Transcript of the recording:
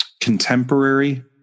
contemporary